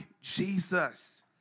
Jesus